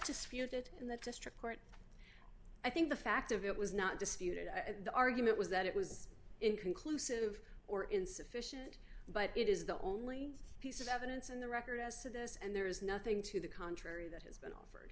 disputed in the district court i think the fact of it was not disputed the argument was that it was inconclusive or insufficient but it is the only piece of evidence in the record as to this and there is nothing to the contrary that has been offered